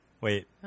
wait